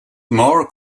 more